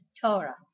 Torah